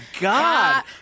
God